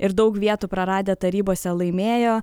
ir daug vietų praradę tarybose laimėjo